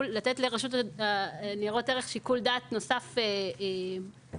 בנוגע לנתינת שיקול דעת נוסף לרשות